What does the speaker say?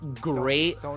great